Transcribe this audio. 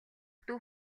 дүү